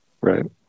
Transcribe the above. Right